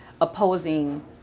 opposing